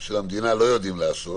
של המדינה לא יודעים לעשות,